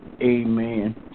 Amen